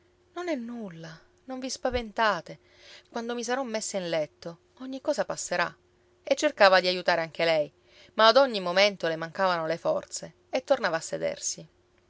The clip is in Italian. non è nulla non vi spaventate quando mi sarò messa in letto ogni cosa passerà e cercava di aiutare anche lei ma ad ogni momento le mancavano le forze e tornava